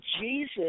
Jesus